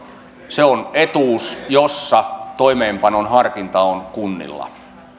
se on etuus jossa toimeenpanon harkinta on kunnilla